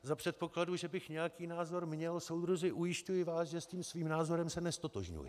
Za předpokladu, že bych nějaký názor měl, soudruzi ujišťuji vás, že s tím svým názorem se neztotožňuji.